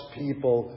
people